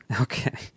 Okay